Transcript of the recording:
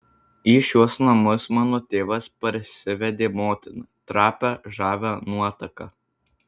į šiuos namus mano tėvas parsivedė motiną trapią žavią nuotaką